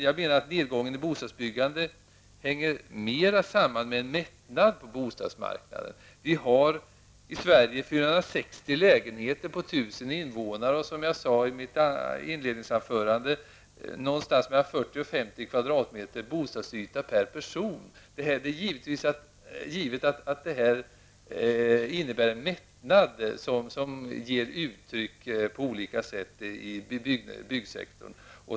Jag menar att nedgången i bostadsbyggande hänger mera samman med en mättnad på bostadsmarknaden. Vi har i Sverige 460 lägenheter per 1 000 invånare och, som jag sade i mitt inledningsanförande, mellan 40 och 50 m2 boyta per person. Givetvis innebär det en mättnad som kommer till uttryck på olika sätt inom byggsektorn.